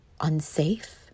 unsafe